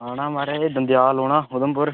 औना माराज दंदेयाल औना उधमपुर